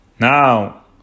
Now